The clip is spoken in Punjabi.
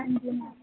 ਹਾਂਜੀ ਮੈਮ